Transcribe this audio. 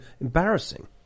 embarrassing